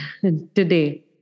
today